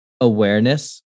awareness